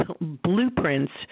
blueprints